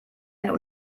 einen